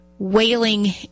Wailing